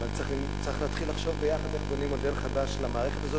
אבל צריך להתחיל לחשוב ביחד איך בונים מודל חדש למערכת הזאת.